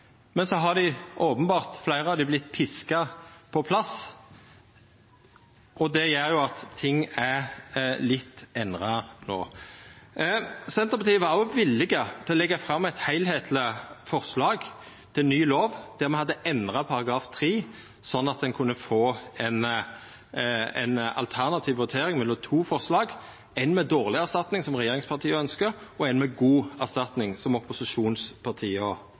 Men så har dei og openbert fleire vorte piska på plass, og det gjer at ting er litt endra no. Senterpartiet var òg villig til å leggja fram eit heilskapleg forslag til ny lov, der me hadde endra § 3, slik at me kunne få ei alternativ votering mellom to forslag – eitt med dårleg erstatning, som regjeringspartia ønskjer, og eitt med god erstatning, som